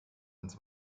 ins